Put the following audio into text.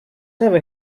never